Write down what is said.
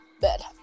bed